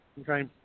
okay